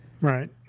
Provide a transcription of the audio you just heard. Right